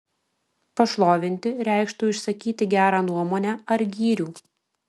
pašlovinti reikštų išsakyti gerą nuomonę ar gyrių